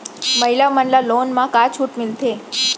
महिला मन ला लोन मा का छूट मिलथे?